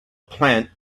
plant